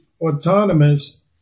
autonomous